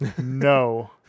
No